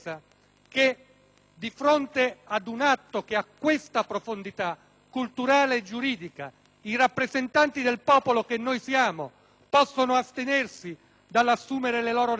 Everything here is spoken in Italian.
di fronte ad un atto che ha una siffatta profondità culturale e giuridica, i rappresentanti del popolo - quali noi siamo - possano astenersi dall'assumersi le loro responsabilità?